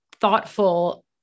thoughtful